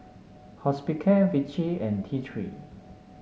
Hospicare Vichy and T Three